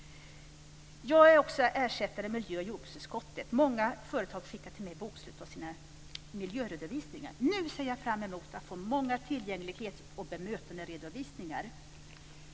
Jag är också ersättare i miljö och jordbruksutskottet. Många företag skickar till mig bokslut och sina miljöredovisningar. Nu ser jag fram emot att få många tillgänglighets och bemötanderedovisningar.